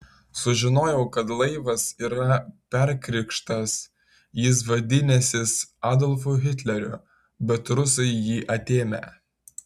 sužinojau kad laivas yra perkrikštas jis vadinęsis adolfu hitleriu bet rusai jį atėmę